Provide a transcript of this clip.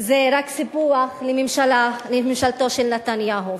זה רק סיפוח לממשלה, לממשלתו של נתניהו.